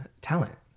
talent